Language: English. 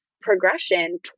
progression